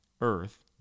Earth